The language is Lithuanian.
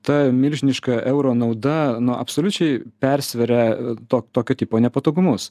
ta milžiniška euro nauda nu absoliučiai persveria to tokio tipo nepatogumus